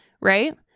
right